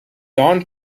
dawn